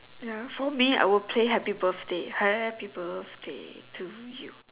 ya for me I will play happy birthday happy birthday to you